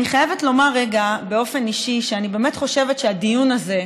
אני חייבת לומר רגע באופן אישי שאני באמת חושבת שהדיון הזה,